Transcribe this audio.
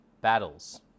battles